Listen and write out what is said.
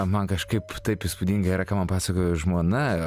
man kažkaip taip įspūdinga yra ką man pasakojo žmona